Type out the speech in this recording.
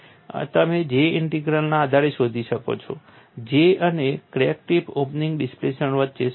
તમે J ઇન્ટિગ્રલના આધારે શોધી શકશો J અને ક્રેક ટિપ ઓપનિંગ ડિસ્પ્લેસમેન્ટ વચ્ચે સંબંધ છે